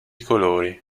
colori